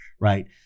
right